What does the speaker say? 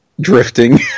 drifting